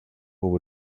over